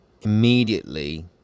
immediately